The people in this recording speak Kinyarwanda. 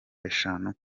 eshanu